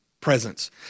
presence